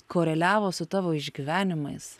koreliavo su tavo išgyvenimais